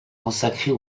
consacrée